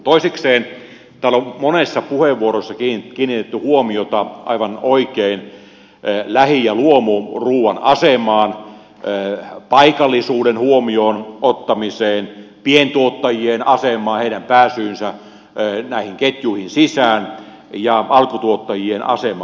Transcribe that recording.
toisekseen täällä on monissa puheenvuoroissa kiinnitetty huomiota aivan oikein lähi ja luomuruuan asemaan paikallisuuden huomioon ottamiseen pientuottajien asemaan heidän pääsyynsä näihin ketjuihin sisään ja alkutuottajien asemaan